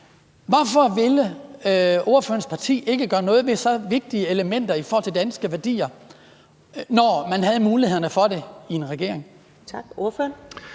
Hvorfor ville ordførerens parti ikke gøre noget ved så vigtige elementer i forhold til danske værdier, når man havde mulighederne for det i en regering?